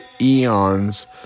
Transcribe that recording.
eons